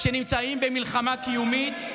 שנמצאים במלחמה קיומית,